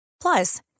Plus